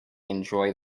enjoy